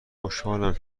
خوشحالم